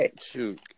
Shoot